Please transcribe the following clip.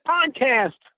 Podcast